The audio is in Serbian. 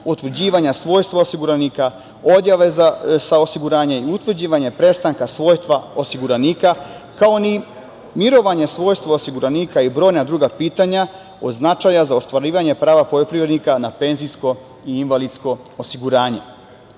otuđivanje svojstva osiguranika, odjava sa osiguranja i utvrđivanje prestanka svojstva osiguranika, kao ni mirovanje svojstva osiguranika i brojna druga pitanja, od značaja za ostvarivanje prava poljoprivrednika na penzijsko i invalidsko osiguranje. Uvažene